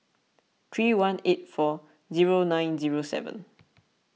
three one eight four zero nine zero seven